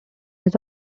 his